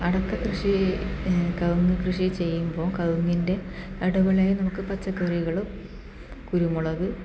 അടയ്ക്ക കൃഷി കവുങ്ങ് കൃഷി ചെയ്യുമ്പം കവുങ്ങിൻ്റെ ഇടവിളയായി നമുക്ക് പച്ചക്കറികളും കുരുമുളക്